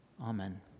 Amen